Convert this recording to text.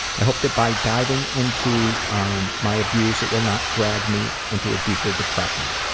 i hope that by diving into um my abuse it will not drag me into a deeper depression.